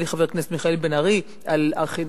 נדמה לי שחבר הכנסת מיכאל בן-ארי דיבר על ערכים,